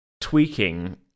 tweaking